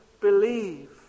believe